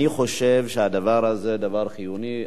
אני חושב שהדבר הזה הוא דבר חיוני.